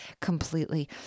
completely